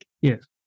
Yes